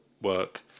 work